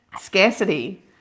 scarcity